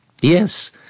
yes